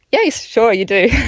yes, sure, you do.